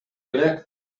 эле